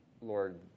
Lord